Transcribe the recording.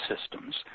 systems